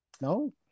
No